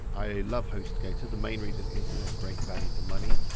i love hostgator. the main reason is they're great value for money.